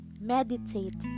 meditate